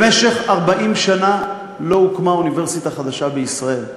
במשך 40 שנה לא הוקמה אוניברסיטה חדשה בישראל.